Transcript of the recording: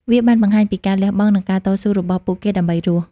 វាបានបង្ហាញពីការលះបង់ និងការតស៊ូរបស់ពួកគេដើម្បីរស់។